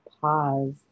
pause